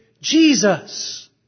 Jesus